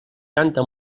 canta